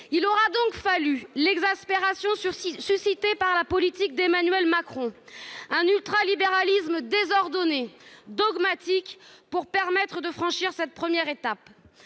Il aura fallu l'exaspération suscitée par la politique d'Emmanuel Macron, un ultralibéralisme désordonné et dogmatique, pour permettre de franchir la première étape.